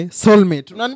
soulmate